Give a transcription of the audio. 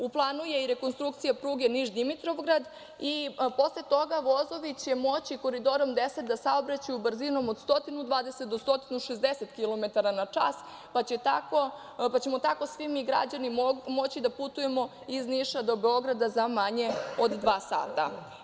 U planu je i rekonstrukcija pruge Niš – Dimitrovgrad i posle toga vozovi će moći Koridorom 10 da saobraćaju brzinom od 120 do 160 kilometara na čas, pa ćemo tako svi mi građani moći da putujemo iz Niša do Beograda za manje od dva sata.